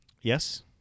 Yes